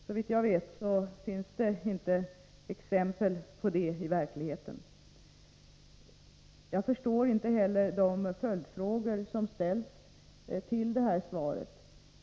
Såvitt jag vet finns det inte exempel på detta i verkligheten. Jag förstår inte heller de följdfrågor som ställs till det här svaret.